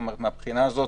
זאת אומרת, מהבחינה הזו,